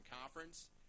Conference